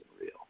real